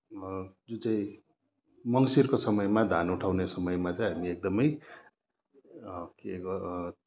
जुन चाहिँ मङ्सिरको समयमा धान उठाउने समयमा एकदमै